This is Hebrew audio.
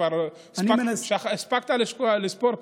אתה כבר הספקת לספור.